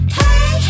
hey